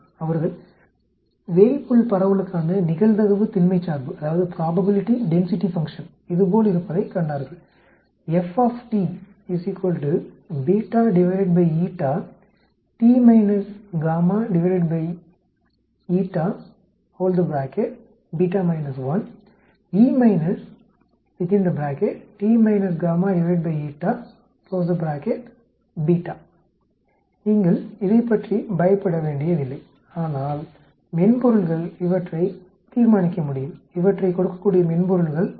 அவர்கள் வேய்புல் பரவலுக்கான நிகழ்தகவு தின்மைச் சார்பு இதுபோல் இருப்பதை கண்டார்கள் நீங்கள் இதைப் பற்றி பயப்பட வேண்டியதில்லை ஆனால் மென்பொருள்கள் இவற்றைத் தீர்மானிக்க முடியும் இவற்றைக் கொடுக்கக்கூடிய மென்பொருள்கள் உள்ளன